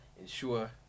ensure